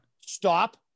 Stop